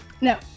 No